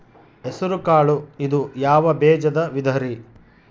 ಹೆಸರುಕಾಳು ಇದು ಯಾವ ಬೇಜದ ವಿಧರಿ?